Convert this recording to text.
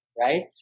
right